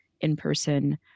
in-person